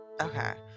Okay